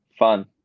fun